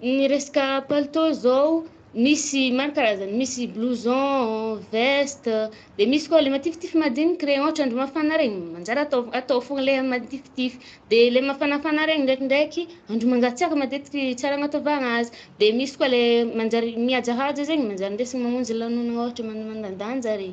Ny resaka palitô zaoo, misy i maro karazany. Misy i blouson, veste, de misy koà le matifitify madiniky re. Ohatra andro mafana regny, manjary atôvogno atô fôgna le matifitify. De le mafanafana regny ndrekindraiky i, andro mangatsiàka matetiky tsara anatôvagna azy. De misy koà le manjary miajahaja zaigny, manjary indesiny mamonjy lanonagna ôhatra mana-manadanja re.